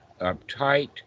uptight